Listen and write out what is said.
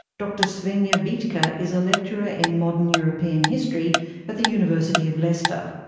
dr svenja bethke is a lecturer in modern european history at the university of leicester.